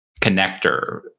connector